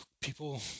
people